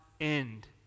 end